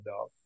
dog